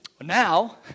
Now